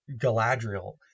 Galadriel